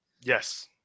yes